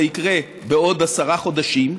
זה יקרה בעוד עשרה חודשים,